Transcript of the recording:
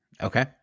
Okay